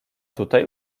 tutaj